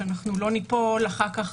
שאנחנו לא ניפול אחר כך,